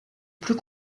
plus